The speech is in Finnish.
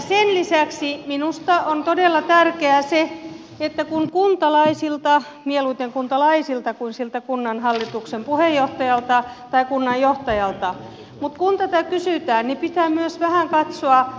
sen lisäksi minusta on todella tärkeää se että kun kuntalaisilta mieluummin kuntalaisilta kuin siltä kunnanhallituksen puheenjohtajalta tai kunnanjohtajalta tätä kysytään niin pitää myös vähän katsoa ympärille